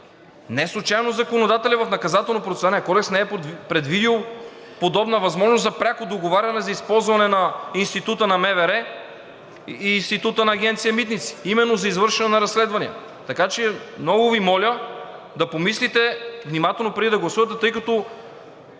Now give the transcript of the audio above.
Неслучайно законодателят в Наказателно-процесуалния кодекс не е предвидил подобна възможност за пряко договаряне за използване на Института на МВР и Института на Агенция „Митници“ именно за извършване на разследвания. Така че, много Ви моля да помислите внимателно, преди да гласувате, тъй като